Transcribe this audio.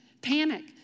panic